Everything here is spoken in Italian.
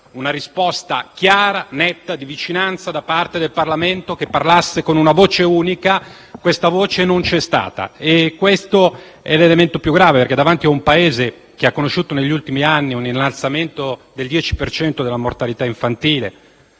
una risposta chiara, netta e di vicinanza dal Parlamento, che parlasse con una voce unica; questa voce non c'è stata e questo è l'elemento più grave. Parliamo di un Paese che ha conosciuto negli ultimi anni un innalzamento del 10 per cento della mortalità infantile,